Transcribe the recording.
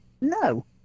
no